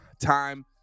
time